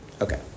okay